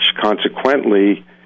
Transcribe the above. consequently